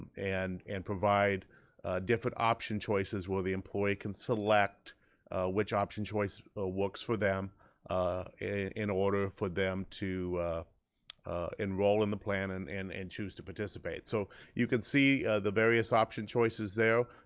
and and provide different option choices where the employee can select which option choice works for them ah in order for them to enroll in the plan and and and choose to participate. so, you can see the various option choices there.